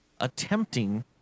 attempting